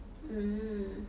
mm